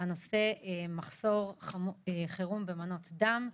הנושא הוא מחסור חירום במנות דם.